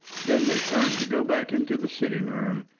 then they turned to go back into the sitting-room,